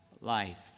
life